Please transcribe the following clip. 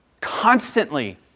constantly